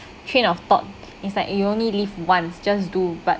train of thought is like you only live once just do but